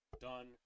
Done